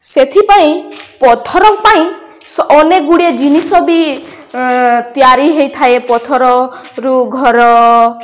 ସେଥିପାଇଁ ପଥର ପାଇଁ ଅନେକ ଗୁଡ଼ିଏ ଜିନିଷ ବି ତିଆରି ହେଇଥାଏ ପଥରରୁ ଘର